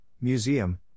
Museum